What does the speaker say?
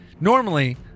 Normally